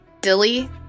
Dilly